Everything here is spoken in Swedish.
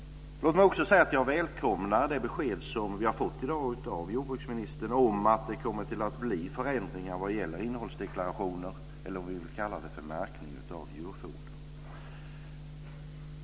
Låt mig också säga att jag välkomnar det besked som vi i dag har fått av jordbruksministern om att det kommer att bli förändringar vad gäller innehållsdeklarationer, eller om vi vill kalla det märkning av djurfoder.